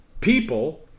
People